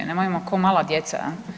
Nemojmo ko mala djeca.